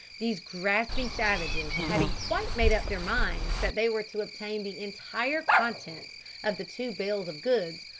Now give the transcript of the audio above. these grasping savages having quite made up their minds that they were to obtain the entire contents of the two bales of goods,